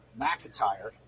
McIntyre